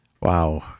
Wow